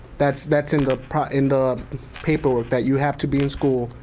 that's that's in the in the paperwork, that you have to be in school,